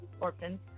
orphans